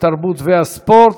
התרבות והספורט.